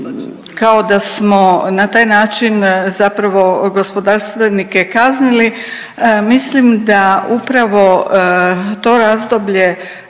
kao da smo na taj način zapravo gospodarstvenike kaznili, mislim da upravo to razdoblje